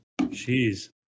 Jeez